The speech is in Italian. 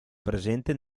presente